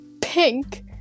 pink